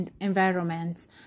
environments